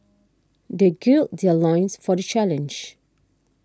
they gird their loins for the challenge